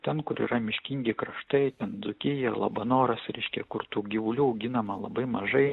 ten kur yra miškingi kraštai dzūkija labanoras reiškia kur tų gyvulių auginama labai mažai